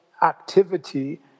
activity